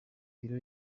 biro